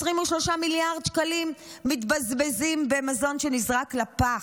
23 מיליארד שקלים מתבזבזים במזון שנזרק לפח,